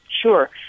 Sure